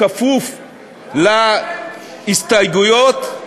בכפוף להסתייגויות,